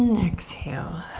exhale.